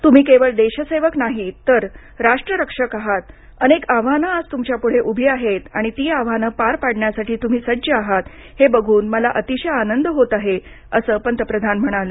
तुम्ही केवळ देशसेवक नाहीत तर राष्ट्रिक्षक आहात अनेक आव्हानं आज तुमच्यापुढे उभी आहेत आणि ती आव्हानं पार पाडण्यासाठी तुम्ही सज्ज आहात हे बघून मला अतिशय आनंद होत आहे असं पंतप्रधान म्हणाले